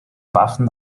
waffen